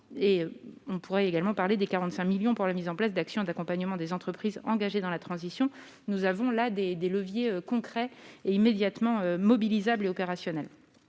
et on pourrait également parler des 45 millions pour la mise en place d'actions d'accompagnement des entreprises engagées dans la transition, nous avons là des des leviers concrets et immédiatement mobilisables opérationnel,